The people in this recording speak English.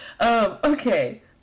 Okay